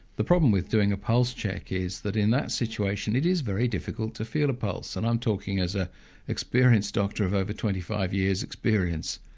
the problem with doing a pulse check is that in that situation, it is very difficult to feel a pulse and i'm talking as an ah experienced doctor of over twenty five years experience.